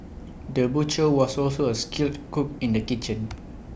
the butcher was also A skilled cook in the kitchen